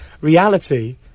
reality